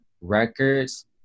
records